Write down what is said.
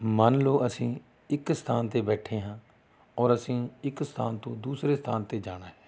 ਮੰਨ ਲਉ ਅਸੀਂ ਇੱਕ ਸਥਾਨ 'ਤੇ ਬੈਠੇ ਹਾਂ ਔਰ ਅਸੀਂ ਇੱਕ ਸਥਾਨ ਤੋਂ ਦੂਸਰੇ ਸਥਾਨ 'ਤੇ ਜਾਣਾ ਹੈ